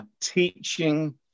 teaching